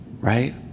right